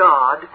God